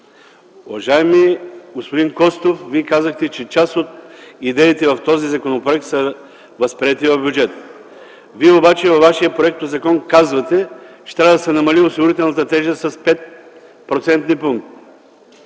Уважаеми господин Костов, Вие казахте, че част от идеите в този законопроект са възприети в бюджета, обаче във вашия законопроект казвате, че трябва да се намали осигурителната тежест